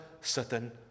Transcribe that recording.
certain